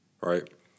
right